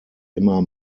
immer